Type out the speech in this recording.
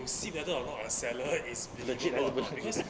to see whether or not a seller is legit or not because